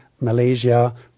Malaysia